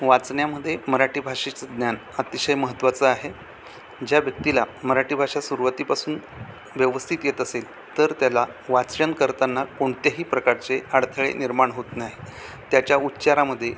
वाचण्यामध्ये मराठी भाषेचं ज्ञान अतिशय महत्त्वाचं आहे ज्या व्यक्तीला मराठी भाषा सुरुवातीपासून व्यवस्थित येत असेल तर त्याला वाचन करताना कोणत्याही प्रकारचे अडथळे निर्माण होत नाही त्याच्या उच्चारामध्ये